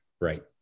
Right